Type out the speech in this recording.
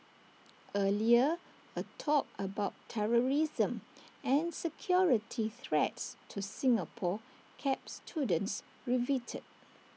earlier A talk about terrorism and security threats to Singapore kept students riveted